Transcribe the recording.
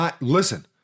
Listen